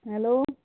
hello